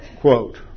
Quote